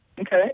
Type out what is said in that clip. Okay